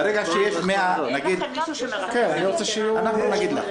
--- אנחנו נגיד לך.